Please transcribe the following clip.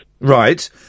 Right